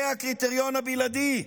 זה הקריטריון הבלעדי.